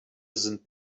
sind